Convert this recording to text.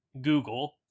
Google